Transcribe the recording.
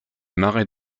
marais